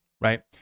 right